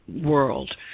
world